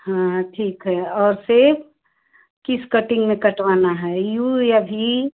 हाँ हाँ ठीक है और शेप किस कटिंग में कटवाना है यू या भी